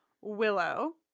Willow